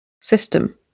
system